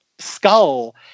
skull